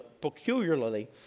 peculiarly